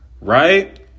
right